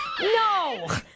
No